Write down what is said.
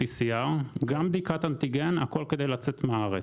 לפני וגם בדיקת אנטיגן כדי לצאת מהארץ?